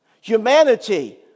Humanity